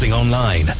Online